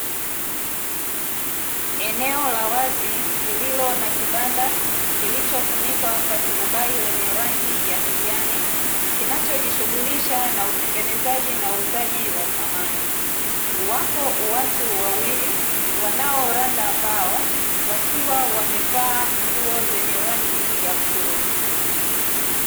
Eneo la wazi, lililo na kibanda kilichofunikwa kwa turubai lenye rangi ya kijani, kinacho jishughulisha na utengenezaji na uuzaji wa samani. Wapo watu wawili wanaoranda mbao, wakiwa wamevaa nguo zenye rangi ya bluu.